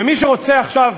ומי שרוצה עכשיו